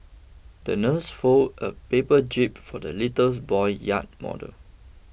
the nurse folded a paper jib for the little boy yacht model